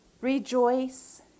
rejoice